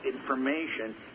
information